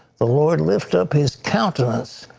the lord lift up his countenance